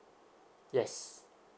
yes